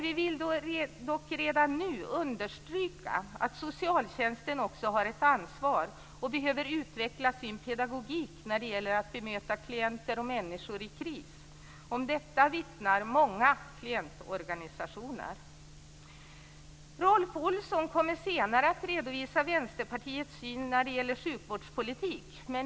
Vi vill dock redan nu understryka att socialtjänsten också har ett ansvar och behöver utveckla sin pedagogik för att bemöta klienter och människor i kris. Om detta vittnar många klientorganisationer. Rolf Olsson kommer senare att redovisa Vänsterpartiets syn på sjukvårdspolitik.